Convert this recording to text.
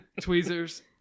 tweezers